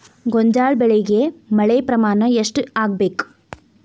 ಗೋಂಜಾಳ ಬೆಳಿಗೆ ಮಳೆ ಪ್ರಮಾಣ ಎಷ್ಟ್ ಆಗ್ಬೇಕ?